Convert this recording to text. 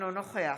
אינו נוכח